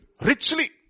richly